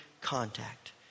contact